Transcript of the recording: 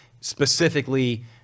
specifically